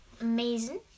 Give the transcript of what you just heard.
amazing